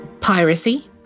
Piracy